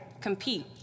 compete